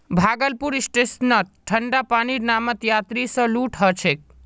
भागलपुर स्टेशनत ठंडा पानीर नामत यात्रि स लूट ह छेक